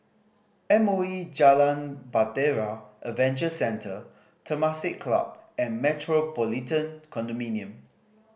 M O E Jalan Bahtera Adventure Centre Temasek Club and Metropolitan Condominium